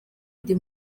ndi